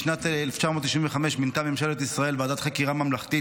בשנת 1995 מינתה ממשלת ישראל ועדת חקירה ממלכתית